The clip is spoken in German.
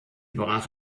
brach